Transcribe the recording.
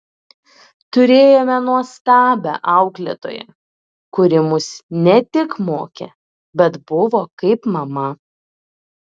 turėjome nuostabią auklėtoją kuri mus ne tik mokė bet buvo kaip mama